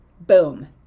boom